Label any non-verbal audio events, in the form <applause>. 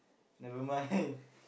never mind <laughs>